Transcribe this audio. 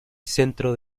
centro